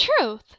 Truth